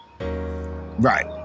right